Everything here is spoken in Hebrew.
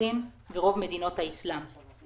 סין ורוב מדינות האסלאם.